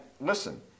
listen